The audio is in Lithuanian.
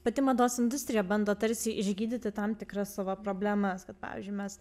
pati mados industrija bando tarsi išgydyti tam tikras savo problemas kad pavyzdžiui mes